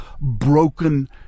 broken